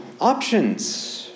options